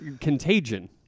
Contagion